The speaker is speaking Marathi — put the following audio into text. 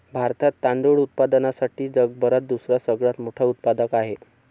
भारतात तांदूळ उत्पादनासाठी जगभरात दुसरा सगळ्यात मोठा उत्पादक आहे